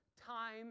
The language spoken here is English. time